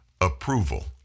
approval